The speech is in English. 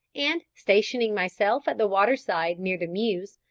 and, stationing myself at the waterside near the mews,